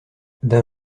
d’un